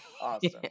awesome